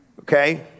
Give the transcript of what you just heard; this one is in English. okay